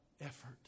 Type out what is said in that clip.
effort